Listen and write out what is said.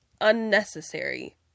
unnecessary